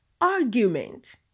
argument